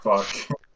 Fuck